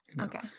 Okay